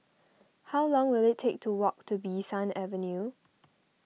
how long will it take to walk to Bee San Avenue